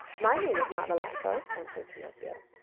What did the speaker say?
my name is not melampo, answered pinocchio.